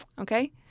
okay